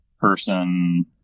person